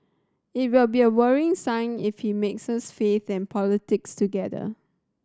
it will be a worrying sign if he mixes faith and politics together